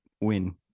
win